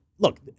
Look